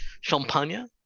Champagne